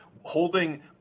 holding